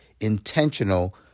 intentional